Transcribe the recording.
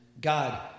God